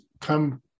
come